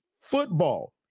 football